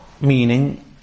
meaning